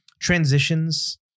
transitions